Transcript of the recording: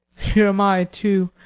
here am i, too,